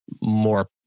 more